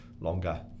longer